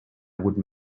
would